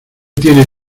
tiene